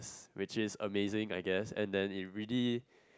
which is amazing I guess and then it really